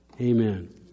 Amen